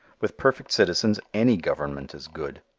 with perfect citizens any government is good.